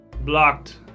blocked